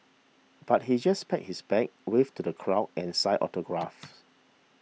but he just packed his bag waved to the crowd and signed autographs